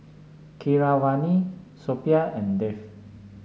Keeravani Suppiah and Dev